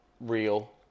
real